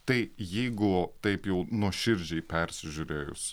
tai jeigu taip jau nuoširdžiai persižiurėjus